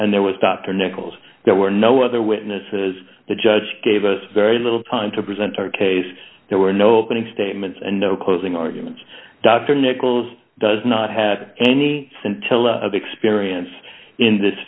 and there was dr nichols there were no other witnesses the judge gave us very little time to present our case there were no opening statements and no closing arguments dr nichols does not have any scintilla of experience in this